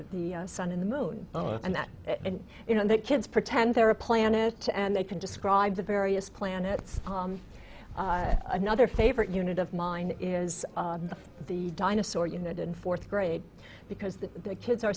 the the sun in the moon and that and you know that kids pretend they're a planet and they can describe the various planets another favorite unit of mine is the dinosaur unit in fourth grade because the kids are